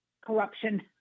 corruption